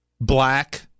black